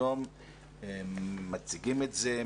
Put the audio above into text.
היום מציגים את זה,